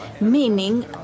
meaning